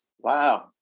Wow